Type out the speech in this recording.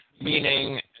meaning